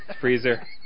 Freezer